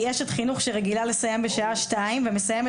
כי אשת חינוך שרגילה לסיים בשעה 14:00 ומסיימת